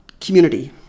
community